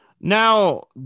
Now